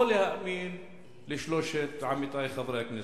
או להאמין לשלושת עמיתי חברי הכנסת.